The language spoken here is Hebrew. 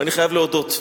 ואני חייב להודות,